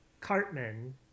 Cartman